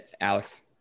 Alex